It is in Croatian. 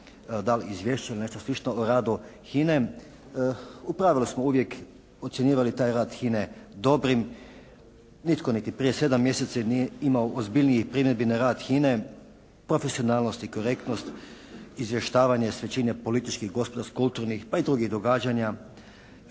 da li izvješće ili nešto slično o radu HINA-e, u pravilu smo uvijek ocjenjivali taj rad HINA-e dobrim. Nitko niti prije sedam mjeseci nije imao ozbiljnih primjedbi na rad HINA-e, profesionalnost i korektnost izvještavanja s većine političkih, gospodarskih, kulturnih pa i drugih događanja